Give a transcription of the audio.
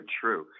true